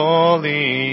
Holy